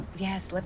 Yes